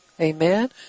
Amen